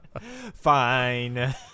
Fine